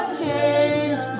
change